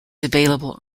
available